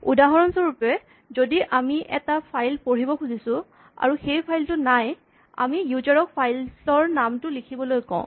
উদাহৰণস্বৰূপে যদি আমি এটা ফাইল পঢ়িব খুজিছোঁ আৰু সেই ফাইল টো নাই আমি ইউজাৰ ক ফাইল ৰ নামটো লিখিবলৈ কওঁ